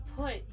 put